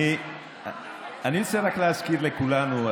אני רוצה רק להזכיר לכולנו,